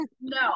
no